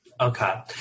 Okay